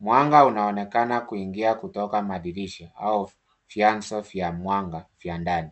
Mwanga unaonekana kuingia kutoka madirisha au vyanzo vya mwanga vya ndani.